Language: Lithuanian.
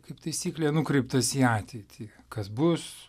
kaip taisyklė nukreiptas į ateitį kas bus